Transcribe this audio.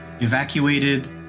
evacuated